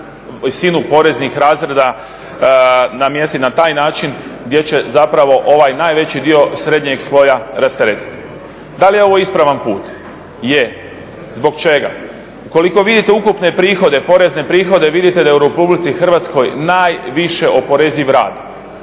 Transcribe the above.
visinu poreznih razreda namjesti na taj način gdje će ovaj najveći dio srednjeg sloja rasteretiti. Da li je ovo ispravan put? Je. zbog čega? Ukoliko vidite ukupne porezne prihode vidite da je u RH najviše oporeziv rad.